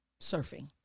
Surfing